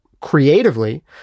creatively